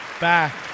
back